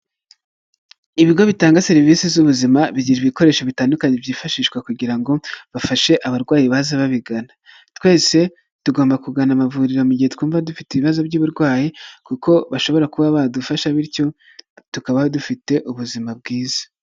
Ibigo bitanga serivisi z'ubuzima, bigira ibikoresho bitandukanye, byifashishwa kugira ngo bafashe abarwayi baza babigana, twese tugomba kugana amavuriro mu gihe twumva dufite ibibazo by'uburwayi, kuko bashobora kuba badufasha, bityo tukaba dufite ubuzima bwiza.